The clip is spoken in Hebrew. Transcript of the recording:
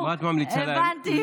הבנתם.